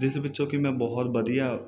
ਜਿਸ ਵਿੱਚੋਂ ਕਿ ਮੈਂ ਬਹੁਤ ਵਧੀਆ